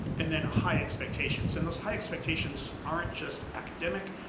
and then high expectations, and those high expectations aren't just academic,